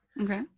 Okay